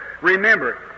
Remember